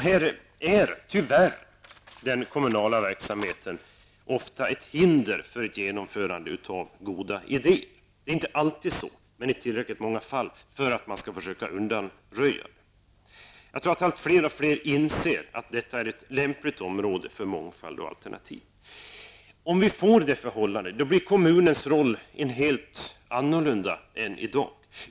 Här är tyvärr den kommunala verksamheten ofta ett hinder för genomförande av goda idéer. Det är inte alltid så. Men det gäller i tillräckligt många fall för att man skall försöka undanröja det. Jag tror att fler och fler inser att detta är ett lämpligt område för mångfald och alternativ. Om vi får det förhållandet blir kommunens roll en helt annan än i dag.